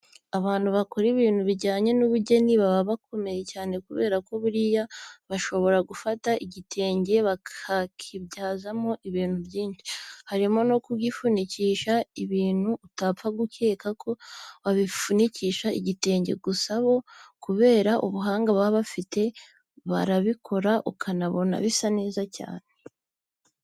Abantu bakora ibintu bijyanye n'ubugeni baba bakomeye cyane kubera ko buriya bashobora gufata igitenge bakakibyazamo ibintu byinshi, harimo no kugifunikisha ibintu utapfa gukeka ko wabifunikisha igitenge. Gusa bo kubera ubuhanga baba bafite, barabikora ukanabona bisa neza cyane.